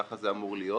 כך זה אמור להיות.